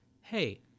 hey